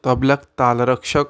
तबल्याक तालरक्षक